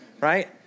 right